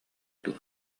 дуо